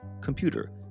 computer